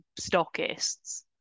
stockists